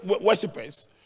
worshippers